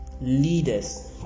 leaders